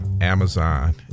Amazon